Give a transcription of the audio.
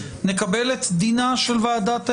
נקבל את דינה של ועדת הכנסת.